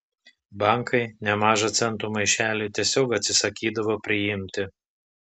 bankai nemažą centų maišelį tiesiog atsisakydavo priimti